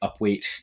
upweight